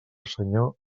senyor